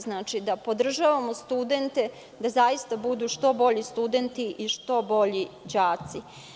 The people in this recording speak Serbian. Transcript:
Znači, da podržavamo studente da zaista budu što bolji studenti, đaci.